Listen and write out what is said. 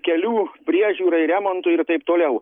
kelių priežiūrai remontui ir taip toliau